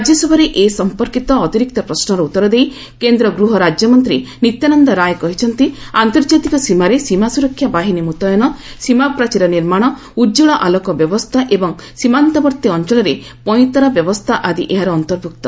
ରାଜ୍ୟସଭାରେ ଏ ସଂପର୍କୀତ ଅତିରିକ୍ତ ପ୍ରଶ୍ୱର ଉତ୍ତର ଦେଇ କେନ୍ଦ୍ର ଗୃହ ରାଜ୍ୟ ମନ୍ତ୍ରୀ ନିତ୍ୟାନନ୍ଦ ରାୟ କହିଛନ୍ତି ଆନ୍ତର୍ଜାତିକ ସୀମାରେ ସୀମାସୁରକ୍ଷା ବାହିନୀ ମୁତୟନ ସୀମା ପ୍ରାଚୀର ନିର୍ମାଣ ଉତ୍କଳ ଆଲୋକ ବ୍ୟବସ୍ଥା ଏବଂ ସୀମାନ୍ତବର୍ତ୍ତୀ ଅଞ୍ଚଳରେ ପଇଁତରା ବ୍ୟବସ୍ଥା ଆଦି ଏହାର ଅନ୍ତର୍ଭୁକ୍ତ